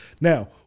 Now